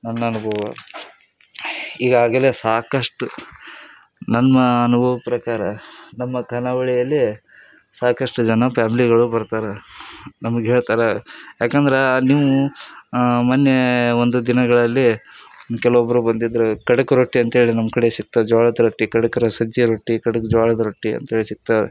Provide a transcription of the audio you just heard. ನನ್ನ ಅನುಭವ ಈಗಾಗಲೇ ಸಾಕಷ್ಟು ನನ್ನ ಅನುಭವದ ಪ್ರಕಾರ ನಮ್ಮ ಖಾನಾವಳಿಯಲ್ಲಿ ಸಾಕಷ್ಟು ಜನ ಫ್ಯಾಮ್ಲಿಗಳು ಬರ್ತಾರೆ ನಮಗೆ ಹೇಳ್ತಾರೆ ಯಾಕಂದ್ರೆ ನೀವು ಮೊನ್ನೆ ಒಂದು ದಿನಗಳಲ್ಲಿ ಕೆಲವೊಬ್ಬರು ಬಂದಿದ್ದರು ಖಡಕ್ ರೊಟ್ಟಿ ಅಂತೇಳಿ ನಮ್ಮ ಕಡೆ ಸಿಗ್ತದೆ ಜೋಳದ ರೊಟ್ಟಿ ಖಡಕ್ ರ ಸಜ್ಜೆ ರೊಟ್ಟಿ ಖಡಕ್ ಜೋಳದ ರೊಟ್ಟಿ ಅಂತೇಳಿ ಸಿಗ್ತವೆ